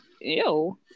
Ew